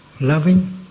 loving